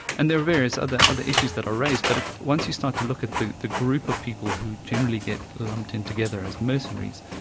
and there are various other other issues that are raised. but once you start to look at the the group of people who generally get lumped in together as mercenaries,